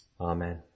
Amen